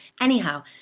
Anyhow